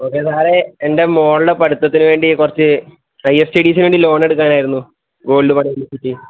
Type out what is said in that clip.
okay സാറേ എൻ്റെ മോളുടെ പഠിത്തത്തിന് വേണ്ടി കുറച്ച് ഹയർ സ്റ്റഡീസിന് വേണ്ടി ലോൺ എടുക്കാൻ ആയിരുന്നു ഗോൾഡ് പണയം വെച്ചിട്ട്